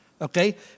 Okay